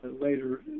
later